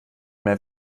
mehr